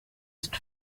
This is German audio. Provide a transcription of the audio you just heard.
ist